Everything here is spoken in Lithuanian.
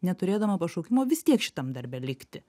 neturėdama pašaukimo vis tiek šitam darbe likti